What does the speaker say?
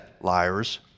liars